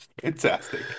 Fantastic